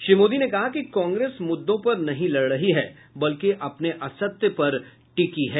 श्री मोदी ने कहा कि कांग्रेस मुद्दों पर नहीं लड़ रही है बल्कि अपने असत्य पर टिकी है